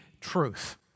truth